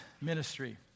ministry